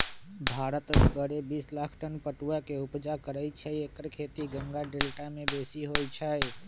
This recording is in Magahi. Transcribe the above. भारत असगरे बिस लाख टन पटुआ के ऊपजा करै छै एकर खेती गंगा डेल्टा में बेशी होइ छइ